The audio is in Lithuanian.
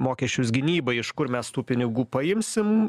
mokesčius gynybai iš kur mes tų pinigų paimsim